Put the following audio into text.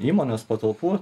įmonės patalpų